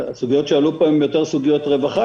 הסוגיות שעלו פה הן יותר סוגיות רווחה,